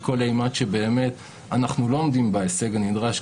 כל אימת שאנחנו לא עומדים בהישג הנדרש,